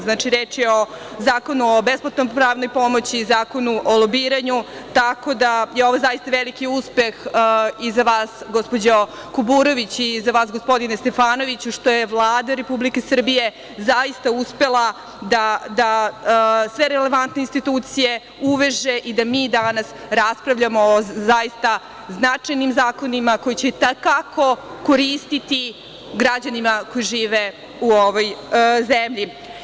Znači, reč je o Zakonu o besplatnoj pravnoj pomoći, Zakonu o lobiranju, tako da je ovo zaista veliki uspeh i za vas, gospođo Kuburović, i za vas, gospodine Stefanoviću, što je Vlada Republike Srbije zaista uspela da sve relevantne institucije uveže i da mi danas raspravljamo o zaista značajnim zakonima, koji će i te kako koristiti građanima koji žive u ovoj zemlji.